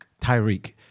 Tyreek